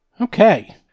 Okay